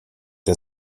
der